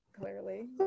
clearly